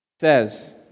says